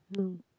no